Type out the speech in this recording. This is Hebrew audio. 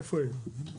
איפה הם?